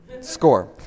score